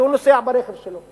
כי הוא נוסע ברכב שלו.